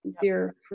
dear